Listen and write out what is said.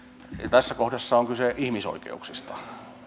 tässä kohdassa on kyse ihmisoikeuksista